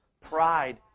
Pride